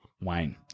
Wayne